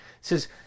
says